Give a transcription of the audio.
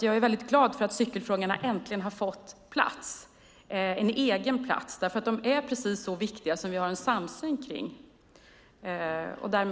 Jag är glad för att cykelfrågorna äntligen har fått en egen plats. De är precis så viktiga som vi har en samsyn om.